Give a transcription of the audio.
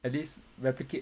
at least replicate